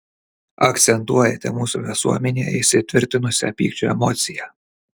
akcentuojate mūsų visuomenėje įsitvirtinusią pykčio emociją